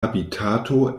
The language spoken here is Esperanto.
habitato